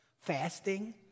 fasting